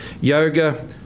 yoga